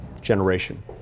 generation